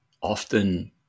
often